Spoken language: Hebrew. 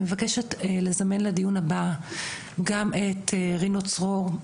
אני מבקשת לזמן לדיון הבא גם את רינו צרור,